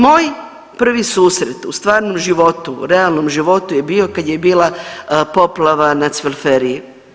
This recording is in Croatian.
Moj prvi susret u stvarnom životu, realnom životu je bio kad je bila poplava na Cvelferiji.